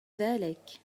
ذلك